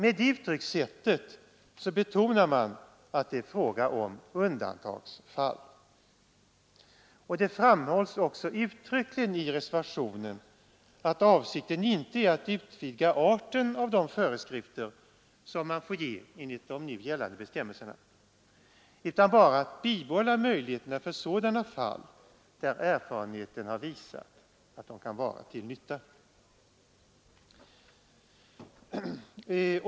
Med det uttryckssättet betonar man att det är fråga om undantagsfall, och det framhålls också uttryckligen i reservationen att avsikten inte är att utvidga arten av de föreskrifter som man får ge enligt de nu gällande bestämmelserna utan bara att bibehålla möjligheterna för sådana fall där erfarenheten har visat att de kan vara till nytta.